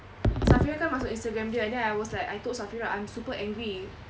safirah kan masuk Instagram dia then I was like I told safirah I'm super angry